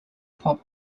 pop